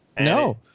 No